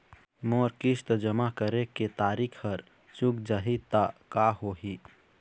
मोर किस्त जमा करे के तारीक हर चूक जाही ता का होही?